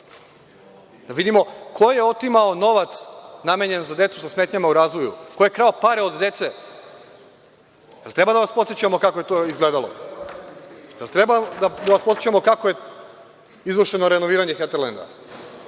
Da vidimo ko je otimao novac namenjen za decu sa smetnjama u razvoju, ko je krao pare od dece. Jel treba da vas podsećamo kako je to izgledalo? Jel treba da vas podsećamo kako je izvršeno renoviranje Heterlenda?